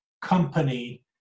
company